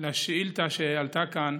לשאילתה שעלתה כאן,